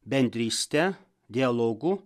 bendryste dialogu